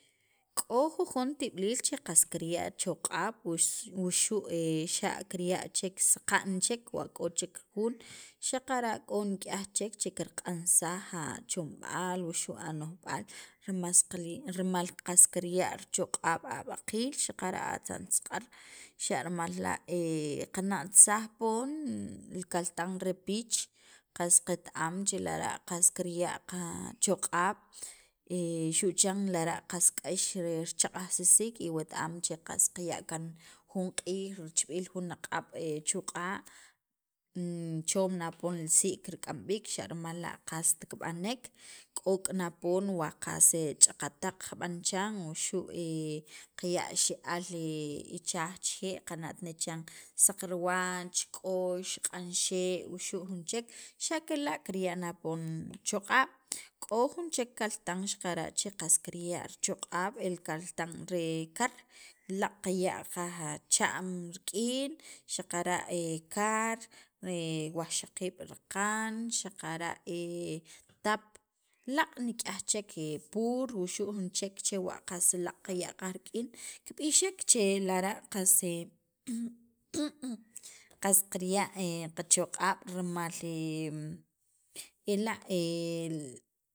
k'o jujon tib'iliil qas kirya' choq'ab', wuxu' xa' kirya' saqa'n chek wa k'o chek jun, xaqara' k'o nik'yaj chek che kirq'ansaj achomb'aal wuxu' ano'jb'aal rimas rimal qas kirya' richoq'ab' ab'aqiil, xaqara' atzantzaq'ar xa' rimal la' qana'tsaj poon li kaltan re piich, qas qet- am che lara' qas kirya' qachoq'ab' xu' chan lara' qas k'ax richaq'ajsisik y wet- am che qas qaya' kan jun q'iij richib'iil jun aq'ab' chu' q'a' chom na poon li sii' kirk'amk'am b'iik xa' rimal la' qast kib'anek, k'ok' na poon wa qas ch'aqataq qab'an chiran wuxu' qaya' xe'aal ichaj chixe' qana't ne chiran saqriwach, k'ox, q'an xe' wuxu' jun chek, xa' kela' kirya' na poon choq'ab', k'o jun chek kaltan xaqara' che qas kirya' choq'ab' el kaltan re kar laaq' qaya' qaj cha'm rik'in xaqara' kar wajxaqiib' raqan xaqara' tap laaq' laaq' nik'yaj chek pur o jun chek chewa' laaq' qaya' qaj rik'in kib'ixek che lara' qas qas karya' qachoq'ab' rimal ela' li